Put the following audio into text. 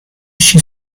she